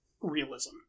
realism